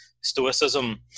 Stoicism